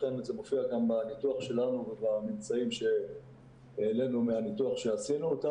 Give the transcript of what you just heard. אכן זה מופיע גם בניתוח שלנו ובממצאים שהעלינו מהניתוח שעשינו.